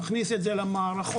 נכניס את זה למערכות,